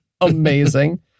Amazing